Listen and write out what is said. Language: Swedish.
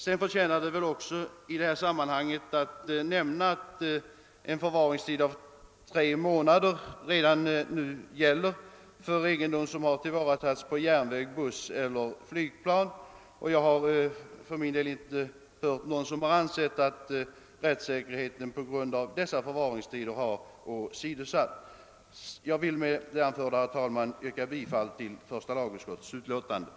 Det förtjänar också att nämnas i detta sammanhang, att en förvaringstid av tre månader nu gäller för egendom som tillvaratagits på tåg, buss eller flygplan. Jag har för min del inte hört att någon anser att rättssäkerheten på grund av dessa förvaringstider har åsidosatts. Herr talman! Jag ber med det anförda att få yrka bifall till utskottets hemställan.